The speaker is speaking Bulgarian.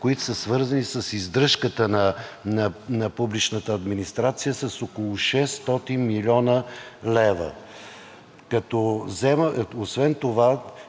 които са свързани с издръжката на публичната администрация, с около 600 млн. лв. Освен това